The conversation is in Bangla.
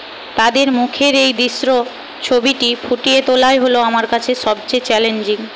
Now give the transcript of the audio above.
তাদের মুখের এই দৃশ্য ছবিটি ফুটিয়ে তোলাই হল আমার কাছে সবচেয়ে চ্যালেঞ্জিং